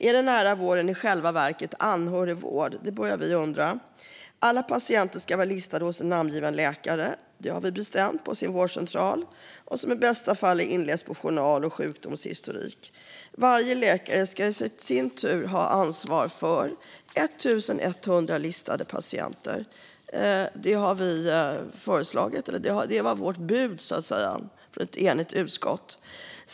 Är den nära vården i själva verket anhörigvård? Vi har bestämt att alla patienter ska vara listade hos en namngiven läkare på sin vårdcentral som i bästa fall är inläst på journal och sjukdomshistorik. Vi har föreslagit att varje läkare ska ha ansvar för 1 100 listade patienter - det var vårt bud från ett enigt utskott.